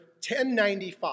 1095